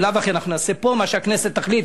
בלאו הכי אנחנו נעשה פה מה שהכנסת תחליט,